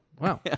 Wow